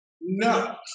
no